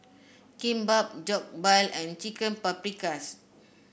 Kimbap Jokbal and Chicken Paprikas